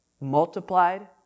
Multiplied